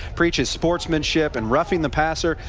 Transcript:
preaches sportsmanship. and roughing the passer,